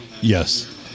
Yes